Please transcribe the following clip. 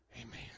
Amen